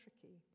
tricky